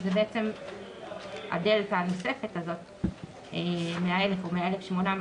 שזה הדלתא הנוספת הזו מה-1,000 או מה-1,800,